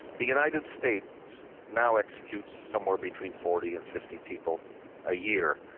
the united states now executes somewhere between forty and fifty people a year.